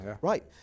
right